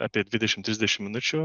apie dvidešim trisdešim minučių